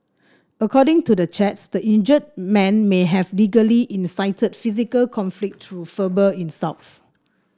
according to the chats the injured man may have allegedly incited physical conflict through verbal insults